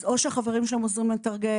אז או שהחברים שלהם עוזרים לתרגם,